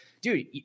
Dude